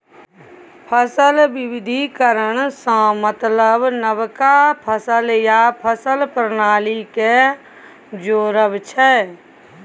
फसल बिबिधीकरण सँ मतलब नबका फसल या फसल प्रणाली केँ जोरब छै